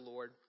Lord